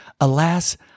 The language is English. Alas